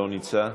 לא נמצא.